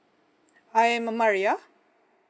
I am uh maria